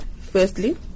firstly